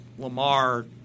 Lamar